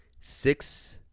Six